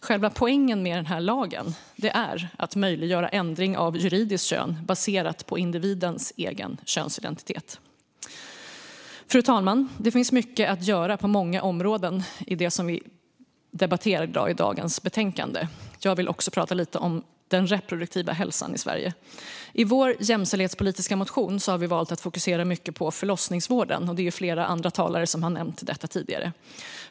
Själva poängen med lagen är att möjliggöra ändring av juridiskt kön baserat på individens egen könsidentitet. Fru talman! Det finns mycket att göra på många områden i det som vi debatterar i dagens betänkande. Jag vill också prata lite om den reproduktiva hälsan i Sverige. I vår jämställdhetspolitiska motion har vi valt att fokusera mycket på förlossningsvården, och det är flera andra talare som har nämnt detta tidigare.